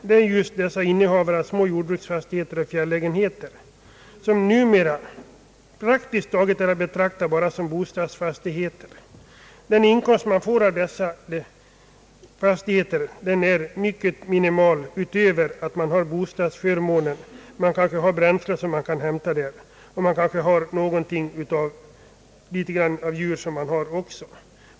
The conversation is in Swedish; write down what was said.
Det är just dessa innehavare av små fastigheter och fjällägenheter som numera praktiskt taget är att betrakta bara som bostadsfastigheter. Den inkomst de får av dessa fastigheter är mycket minimal utöver att de har bostadsförmånen och kanske har bränsle som de kan hämta där. Kanske de också har några djur.